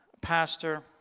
pastor